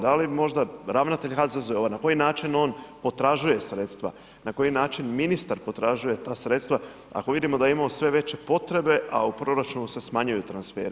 Da li možda ravnatelj HZZO-a, na koji način on potražuje sredstva, na koji način ministar potražuje ta sredstva ako vidimo da imamo sve veće potrebe, a u proračunu se smanjuju transferi?